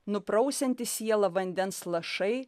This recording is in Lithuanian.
nuprausiantys sielą vandens lašai